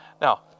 Now